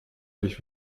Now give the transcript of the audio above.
euch